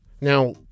Now